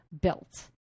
built